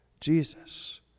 Jesus